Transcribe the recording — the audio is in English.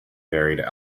buried